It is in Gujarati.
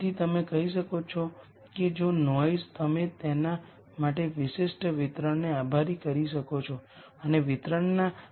તેથી મને 2 અન્ય લિનયરલી ઇંડિપેંડેન્ટ વેક્ટર મળ્યાં છે